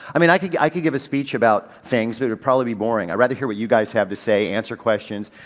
i mean i could, i could give a speech about things, but it'd probably be boring. i'd rather hear what you guys have to say, answer questions.